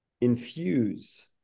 infuse